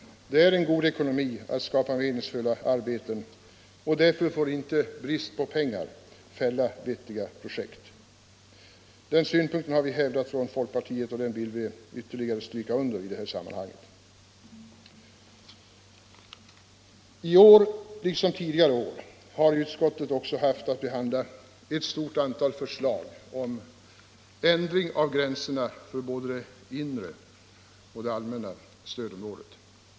Det är god ekonomi att skapa meningsfulla arbeten, därför får inte bristen på pengar fälla vettiga projekt. Den synpunkten har vi hävdat från folkpartiet, och den vill vi ytterligare stryka under i det här sammanhanget. I år, liksom tidigare år, har utskottet också haft att behandla ett stort antal förslag om ändring av gränserna för både det inre och det allmänna stödområdet.